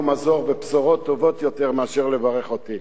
מזור ובשורות טובות יותר מאשר לברך אותי.